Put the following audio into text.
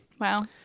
Wow